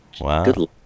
Wow